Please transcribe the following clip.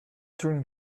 turning